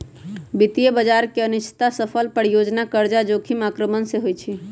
वित्तीय बजार की अनिश्चितता, असफल परियोजना, कर्जा जोखिम आक्रमण से होइ छइ